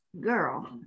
girl